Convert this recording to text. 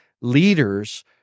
leaders